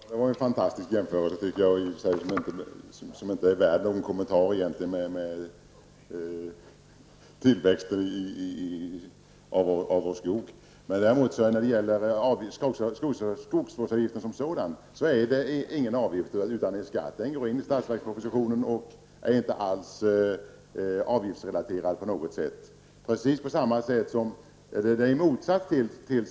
Herr talman! Det var en fantastisk jämförelse som egentligen inte är värd någon kommentar. Jag förstår inte på vilket sätt tillväxten i vår skog har med frågan att göra. Skogsvårdsavgiften som sådan är ingen avgift utan en skatt. Den är upptagen i budgetpropositionen och är inte på något sätt avgiftsrelaterad.